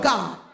God